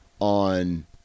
on